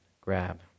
grab